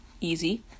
easy